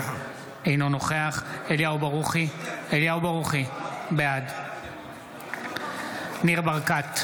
אינו נוכח אליהו ברוכי, בעד ניר ברקת,